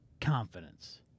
confidence